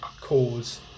cause